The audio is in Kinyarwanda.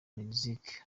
mexique